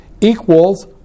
equals